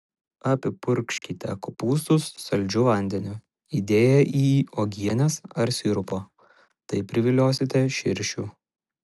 apipurkškite kopūstus saldžiu vandeniu įdėję į jį uogienės ar sirupo taip priviliosite širšių